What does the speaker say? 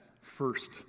first